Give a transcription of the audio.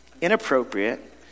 inappropriate